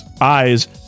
eyes